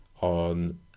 on